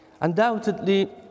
Undoubtedly